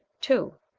two.